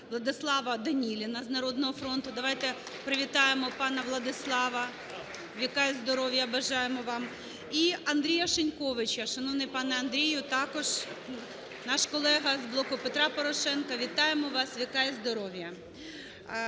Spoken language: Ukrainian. ВладиславаДаніліна з "Народного фронту". Давайте привітаємо пана Владислава, віка і здоров'я бажаємо вам! І Андрія Шиньковича, шановний пане Андрію, також наш колега з "Блоку Петра Порошенка", вітаємо вас, віка і здоров'я!